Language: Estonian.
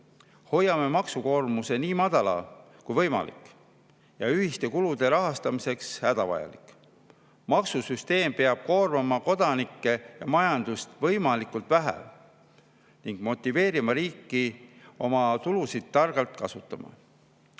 "Hoiame maksukoormuse nii madala kui võimalik ja ühiste kulude rahastamiseks hädavajalik. Maksusüsteem peab koormama kodanikke ja majandust võimalikult vähe ning motiveerima riiki oma tulusid targalt kasutama."